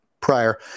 prior